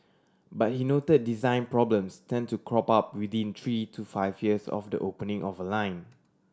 but he noted design problems tend to crop up within three to five years of the opening of a line